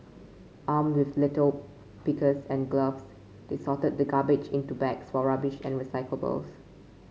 armed with litter pickers and gloves they sorted the garbage into bags for rubbish and recyclables